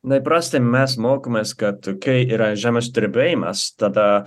na įprastai mes mokomės kad kai yra žemės drebėjimas tada